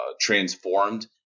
transformed